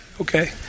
okay